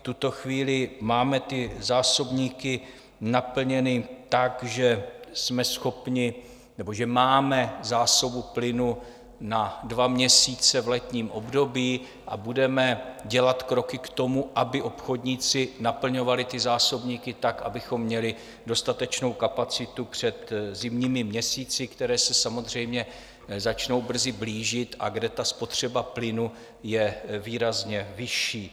V tuto chvíli máme zásobníky naplněny tak, že jsme schopni nebo že máme zásobu plynu na dva měsíce v letním období, a budeme dělat kroky k tomu, aby obchodníci naplňovali zásobníky tak, abychom měli dostatečnou kapacitu před zimními měsíci, které se samozřejmě začnou brzy blížit a kde spotřeba plynu je výrazně vyšší.